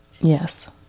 Yes